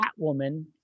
Catwoman